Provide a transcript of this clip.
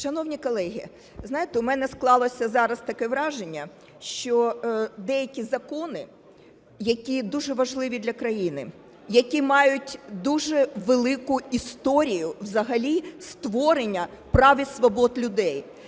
Шановні колеги, знаєте, в мене склалося зараз таке враження, що деякі закони, які дуже важливі для країни, які мають дуже велику історію взагалі створення прав і свобод людей,